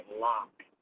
lock